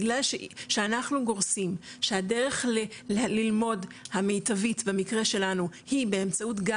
בגלל שאנחנו גורסים שהדרך ללמוד המיטבית במקרה שלנו היא באמצעות גם